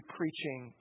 preaching